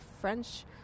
French